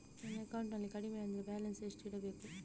ನನ್ನ ಅಕೌಂಟಿನಲ್ಲಿ ಕಡಿಮೆ ಅಂದ್ರೆ ಬ್ಯಾಲೆನ್ಸ್ ಎಷ್ಟು ಇಡಬೇಕು?